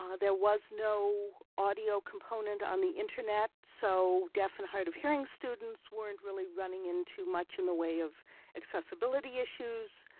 ah there was no audio component on the internet so deaf and hard of hearing students weren't really running in to much in the way of accessibility issues.